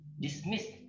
dismissed